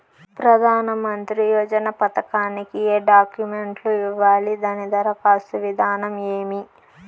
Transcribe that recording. ప్రధానమంత్రి యోజన పథకానికి ఏ డాక్యుమెంట్లు ఇవ్వాలి దాని దరఖాస్తు విధానం ఏమి